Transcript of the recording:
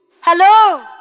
Hello